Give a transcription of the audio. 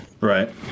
Right